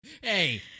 Hey